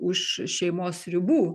už šeimos ribų